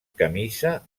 camisa